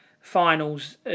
finals